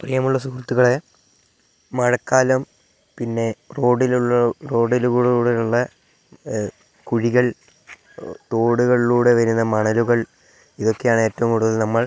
പ്രിയമുള്ള സുഹൃത്തുക്കളെ മഴക്കാലം പിന്നെ റോഡിലുള്ള റോഡില് കൂടെയുള്ള കുഴികൾ തോടുകളിലൂടെ വരുന്ന മണലുകൾ ഇതൊക്കെയാണേറ്റവും കൂടുതൽ നമ്മൾ